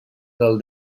del